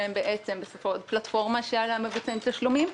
שהם פלטפורמה שעליה מבצעים תשלומים.